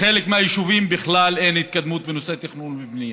בחלק מהיישובים בכלל אין התקדמות בנושא תכנון ובנייה.